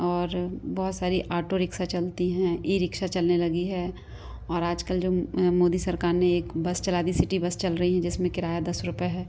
और बहुत सारी ऑटो रिक्सा चलती हैं ई रिक्शा चलने लगी है और आजकल जो मोदी सरकार ने एक बस चला दी सिटी बस चल रही है जिसमें किराया दस रुपए है